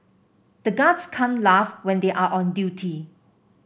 the guards can't laugh when they are on duty